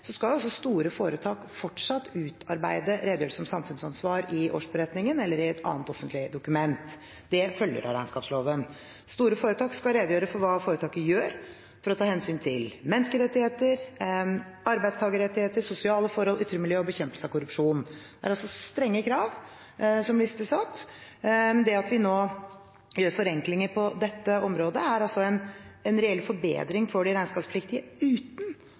skal også store foretak fortsatt utarbeide redegjørelser om samfunnsansvar i årsberetningen eller i et annet offentlig dokument. Det følger av regnskapsloven. Store foretak skal redegjøre for hva foretaket gjør for å ta hensyn til menneskerettigheter, arbeidstakerrettigheter, sosiale forhold, ytre miljø og bekjempelse av korrupsjon. Det er altså strenge krav som listes opp. Det at vi nå gjør forenklinger på dette området, er en reell forbedring for de regnskapspliktige, uten